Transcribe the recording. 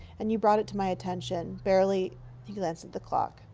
and you brought it to my atten tion, barely he glanced at the clock,